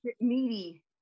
meaty